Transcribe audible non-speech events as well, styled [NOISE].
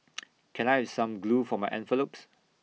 [NOISE] can I some glue for my envelopes